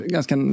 Ganska